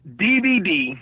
DVD